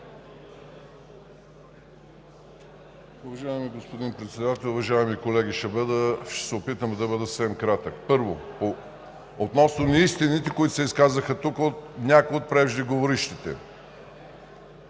Уважаеми господин Председател, уважаеми колеги! Ще се опитам да бъда съвсем кратък. Първо, относно неистините, които се изказаха от някои от преждеговорившите.